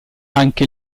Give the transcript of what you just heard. anche